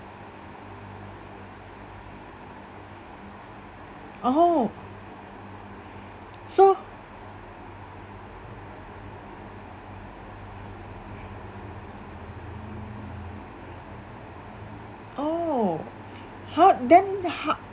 oh so oh how then how